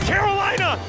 Carolina